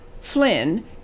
Flynn